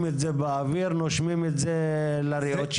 את זה באוויר ונושמים את זה לריאות שלהם.